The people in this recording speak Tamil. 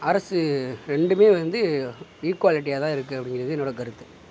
அரசு ரெண்டும் வந்து ஈக்குவாலிட்டியாக தான் இருக்கு அப்படிங்கிறது என்னோட கருத்து